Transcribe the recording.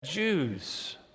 Jews